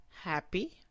Happy